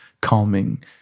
calming